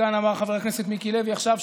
חלקן אמר חבר הכנסת מיקי לוי עכשיו,